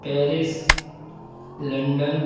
Paris London